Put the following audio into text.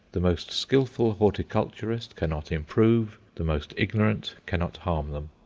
the most skilful horticulturist cannot improve, the most ignorant cannot harm them.